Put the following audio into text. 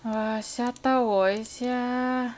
!wah! 吓到我一下